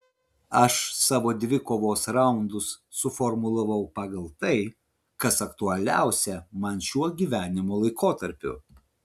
aš savo dvikovos raundus suformulavau pagal tai kas aktualiausia man šiuo gyvenimo laikotarpiu